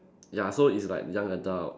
ya so it's like young adult